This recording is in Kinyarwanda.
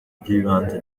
ry’ibanze